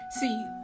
see